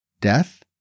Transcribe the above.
Death